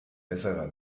besserer